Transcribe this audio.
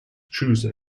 choose